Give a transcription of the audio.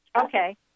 Okay